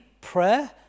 Prayer